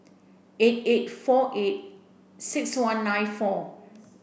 eight eight four eight six one nine four